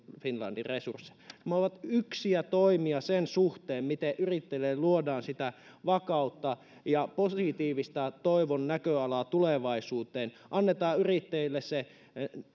finlandin resursseja nämä ovat eräitä toimia sen suhteen miten yrittäjille luodaan sitä vakautta ja positiivista toivon näköalaa tulevaisuuteen annetaan yrittäjille se